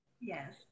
Yes